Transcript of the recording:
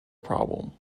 problem